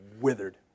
withered